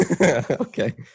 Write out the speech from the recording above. Okay